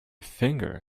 finger